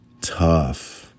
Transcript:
tough